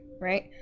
right